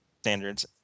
standards